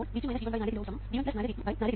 അപ്പോൾ 4 kilo Ω V1 4V2 4 kilo Ω ആണ്